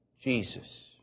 Jesus